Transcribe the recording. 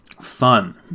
fun